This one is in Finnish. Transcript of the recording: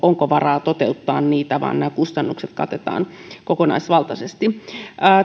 onko varaa toteuttaa niitä vaan nämä kustannukset katetaan kokonaisvaltaisesti